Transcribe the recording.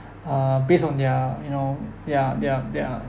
uh based on their you know their their their